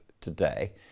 today